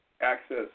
access